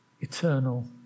eternal